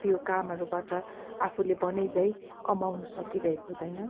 त्यो कामहरूबाट आफूले भने झैँ कमाउनु सकिरहेको हुँदैन